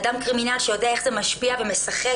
אדם קרימינל שיודע איך זה משפיע ומשחק